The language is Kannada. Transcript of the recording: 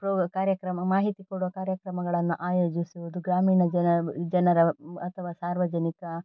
ಕಾರ್ಯಕ್ರಮ ಮಾಹಿತಿ ಕೊಡೋ ಕಾರ್ಯಕ್ರಮಗಳನ್ನು ಆಯೋಜಿಸುವುದು ಗ್ರಾಮೀಣ ಜನ ಜನರ ಅಥವಾ ಸಾರ್ವಜನಿಕ